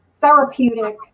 therapeutic